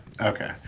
okay